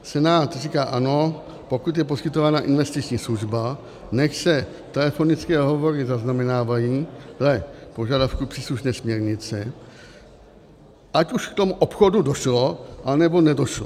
Senát říká ano, pokud je poskytována investiční služba, nechť se telefonické hovory zaznamenávají dle požadavků příslušné směrnice, ať už k tomu obchodu došlo, anebo nedošlo.